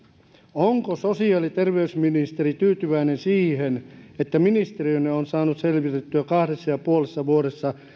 onko sosiaali ja terveysministeri tyytyväinen siihen että ministeriönne on saanut selvitettyä kahdessa pilkku viidessä vuodessa